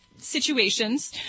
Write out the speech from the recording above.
situations